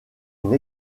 une